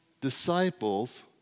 disciples